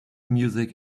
music